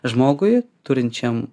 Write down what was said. žmogui turinčiam